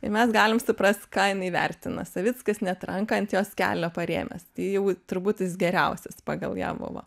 tai mes galim suprast ką jinai vertina savickas net ranką ant jos kelio parėmęs tai jau turbūt geriausias pagal ją buvo